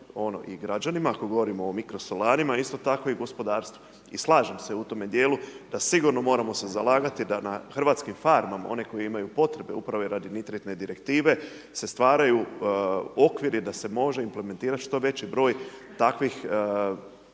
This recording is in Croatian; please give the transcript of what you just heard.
i građanima ako govorimo o mikrosolarima isto tako i gospodarstvu. I slažem se u tome dijelu, da sigurno moramo se zalagati, da na hrvatskim farmama, oni koji imaju potporu upravo radi nitritne direktive se stvaraju okviri da se može implementirati što veći broj takvih